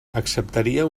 acceptaria